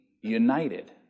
united